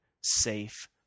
safe